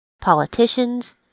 politicians